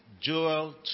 Joel